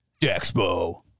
Dexpo